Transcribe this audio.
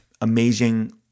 amazing